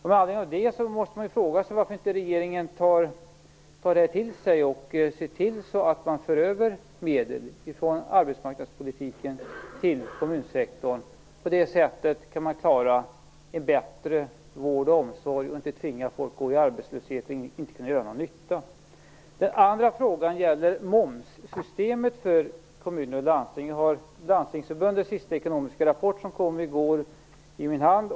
Med anledning av det måste man fråga sig varför inte regeringen tar detta till sig och ser till så att man för över medel från arbetsmarknadspolitiken till kommunsektorn. På det sättet kan man klara en bättre vård och omsorg och slippa tvinga folk att gå i arbetslöshet där de inte kan göra någon nytta. Den andra frågan gäller momssystemet för kommuner och landsting. Jag har Landstingsförbundets senaste ekonomiska rapport som kom i går i min hand.